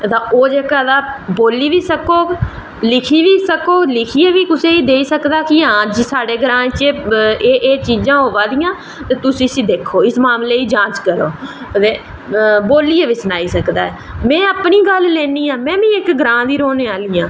तां ओह् जेह्का तां बोली बी सकग लिखी बी सकग लिखियै बी कुसेगी देई सकदा कि हां साढ़ा ग्रांऽ च एह् एह् चीजां होआ दियां तुस इसी दिक्खो तुस इस मामले दी जांच करो ते बोल्लियै बी सनाई सकदा ऐ में अपनी गल्ल लैनी आं में बी इक ग्रांऽ दी रौह्ने आह्ली आं